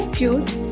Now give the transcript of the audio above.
cute